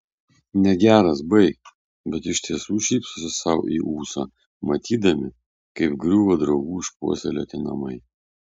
negeras baik bet iš tiesų šypsosi sau į ūsą matydami kaip griūva draugų išpuoselėti namai